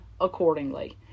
accordingly